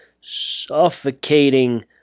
suffocating